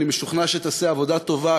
אני משוכנע שתעשה עבודה טובה.